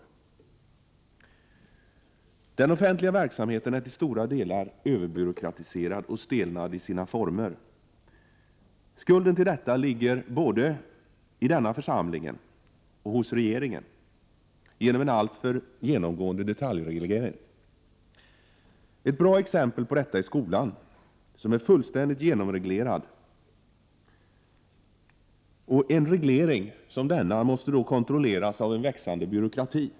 Den offentliga verksamheten är till stora delar överbyråkratiserad och stelnad i sina former. Skulden till detta ligger både hos denna församling och hos regeringen genom en alltför genomgående detaljreglering. Ett bra exempel på detta är skolan, som är fullständigt genomreglerad. En reglering som denna måste då kontrolleras av en växande byråkrati.